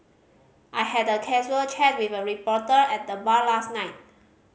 I had a casual chat with a reporter at the bar last night